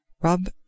Rub